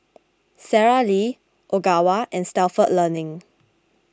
Sara Lee Ogawa and Stalford Learning